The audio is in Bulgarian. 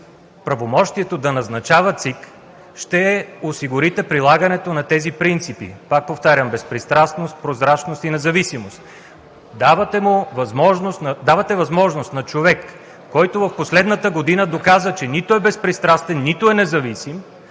правомощието да назначава ЦИК, ще осигурите прилагането на тези принципи? Пак повтарям: безпристрастност, прозрачност и независимост. Давате възможност на човек, който в последната година доказа, че нито е безпристрастен, нито е независим,